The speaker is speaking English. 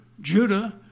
Judah